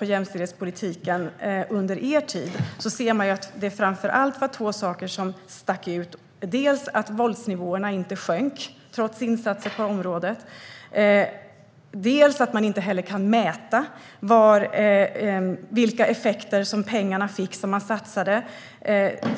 I jämställdhetspolitiken under er tid var det framför allt två saker som stack ut, dels att våldsnivåerna inte sjönk trots insatser på området, dels att man inte kan mäta vilka effekter de satsade pengarna fick.